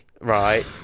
right